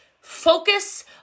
focus